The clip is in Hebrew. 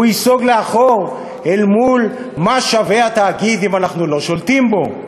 ייסוג לאחור אל מול "מה שווה התאגיד אם אנחנו לא שולטים בו".